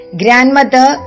grandmother